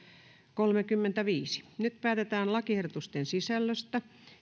kolmekymmentäviisi nyt päätetään lakiehdotusten sisällöstä